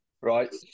right